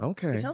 Okay